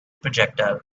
projectile